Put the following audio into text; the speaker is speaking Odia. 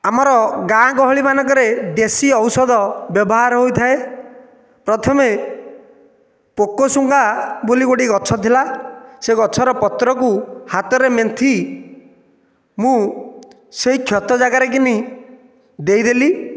ଆମ ଗାଁ ଗହଳି ମାନଙ୍କରେ ଦେଶୀ ଔଷଧ ବ୍ୟବହାର ହୋଇଥାଏ ପ୍ରଥମେ ପୋକଶୁଙ୍ଘା ବୋଲି ଗୋଟିଏ ଗଛ ଥିଲା ସେ ଗଛର ପତ୍ରକୁ ହାତରେ ମେନ୍ଥି ମୁଁ ସେହି କ୍ଷତ ଯାଗାରେ କିନି ଦେଇଦେଲି